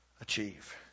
achieve